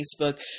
Facebook